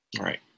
Right